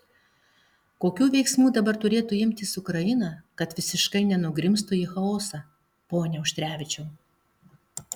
kokių veiksmų dabar turėtų imtis ukraina kad visiškai nenugrimztų į chaosą pone auštrevičiau